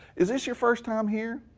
is this your first time here?